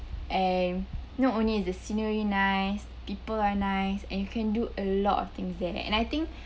and not only is the scenery nice people are nice and you can do a lot of things there and I think